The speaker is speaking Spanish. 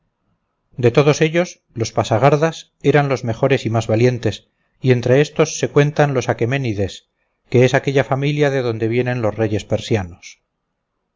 de todos ellos los pasagardas eran los mejores y más valientes y entre estos se cuentan los achemenides que es aquella familia de donde vienen los reyes persianos